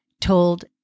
told